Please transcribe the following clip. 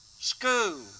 School